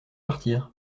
partir